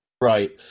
right